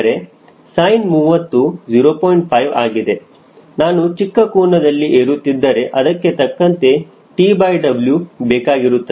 5 ಆಗಿದೆ ನಾನು ಚಿಕ್ಕ ಕೋನದಲ್ಲಿ ಏರುತ್ತಿದ್ದರೆ ಅದಕ್ಕೆ ತಕ್ಕಂತೆ TW ಬೇಕಾಗಿರುತ್ತದೆ